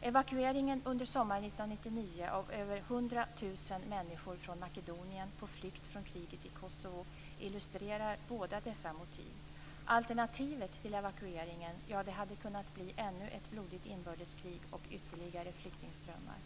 Evakueringen under sommaren 1999 av över 100 000 Kosovo illustrerar båda dessa motiv. Alternativet till evakueringen hade kunnat bli ännu ett blodigt inbördeskrig och ytterligare flyktingströmmar.